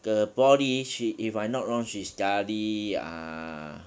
the poly she if I not wrong she study uh uh